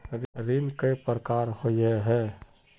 ऋण कई प्रकार होए है?